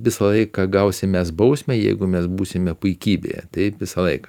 visą laiką gausim mes bausmę jeigu mes būsime puikybėje taip visą laiką